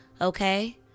okay